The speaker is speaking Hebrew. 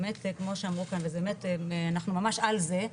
באמת כמו שאמרו כאן וזה באמת אנחנו ממש על זה,